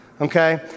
okay